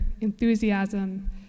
enthusiasm